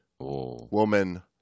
woman